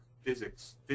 physics